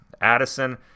Addison